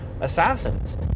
assassins